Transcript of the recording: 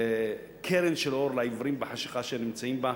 קרן של אור לעיוורים בחשכה שהם נמצאים בה.